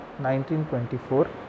1924